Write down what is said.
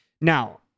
Now